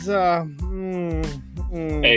Hey